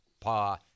pa